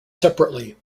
separately